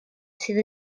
sydd